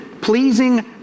pleasing